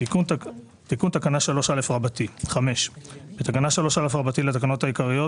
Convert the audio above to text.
תיקון תקנה 3א 5. בתקנה 3א לתקנות העיקריות,